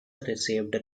received